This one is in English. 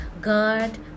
God